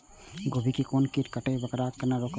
गोभी के कोन कीट कटे छे वकरा केना रोकबे?